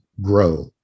grow